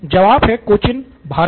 जवाब है कोचीन भारत